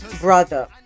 brother